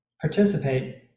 participate